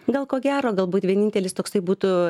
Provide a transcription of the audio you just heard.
gal ko gero galbūt vienintelis toksai būtų